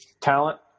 talent